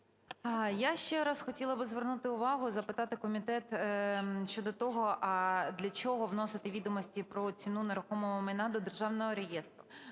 Я ще раз хотіла би звернути увагу, запитати комітет щодо того, а для чого вносити відомості про ціну нерухомого майна до Державного реєстру?